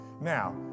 Now